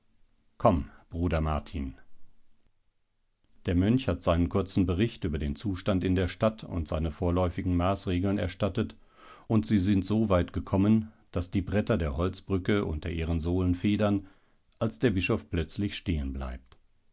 komm bruder martin der mönch hat seinen kurzen bericht über den zustand in der stadt und seine vorläufigen maßregeln erstattet und sie sind so weit gekommen daß die bretter der holzbrücke unter ihren sohlen federn als der bischof plötzlich stehen bleibt